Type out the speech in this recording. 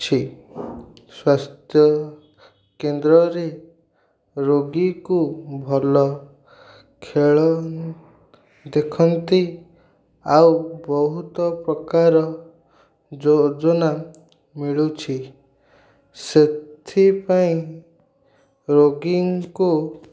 ଛି ସ୍ୱାସ୍ଥ୍ୟକେନ୍ଦ୍ରରେ ରୋଗୀକୁ ଭଲ ଖେଳ ଦେଖାନ୍ତି ଆଉ ବହୁତ ପ୍ରକାର ଯୋଜନା ମିଳୁଛି ସେଥିପାଇଁ ରୋଗୀଙ୍କୁ